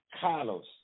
Carlos